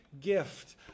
gift